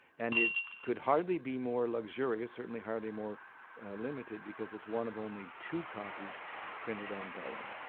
and it could hardly be more luxurious, certainly hardly more limited, because it's one of only two copies printed on vellum.